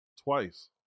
twice